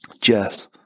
Jess